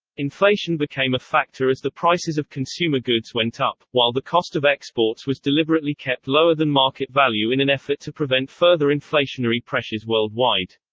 inflation became a factor as the prices of consumer goods went up, while the cost of exports was deliberately kept lower than market value in an effort to prevent further inflationary pressures worldwide.